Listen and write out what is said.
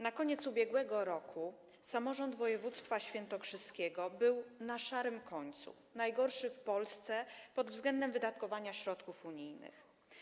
Na koniec ubiegłego roku samorząd województwa świętokrzyskiego był na szarym końcu, najgorszy w Polsce pod względem wydatkowania środków unijnych.